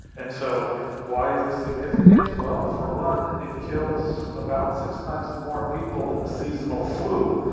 and so why is this significant? well, for one it kills about six times more people than the seasonal flu,